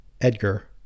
Edgar